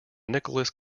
nichols